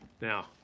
Now